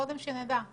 קודם שנדע.